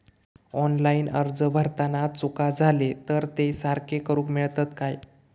Online अर्ज भरताना चुका जाले तर ते सारके करुक मेळतत काय?